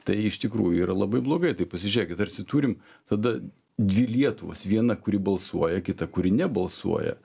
tai iš tikrųjų yra labai blogai tai pasižiūrėkit tarsi turim tada dvi lietuvas viena kuri balsuoja kita kuri nebalsuoja